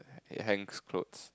it hangs clothes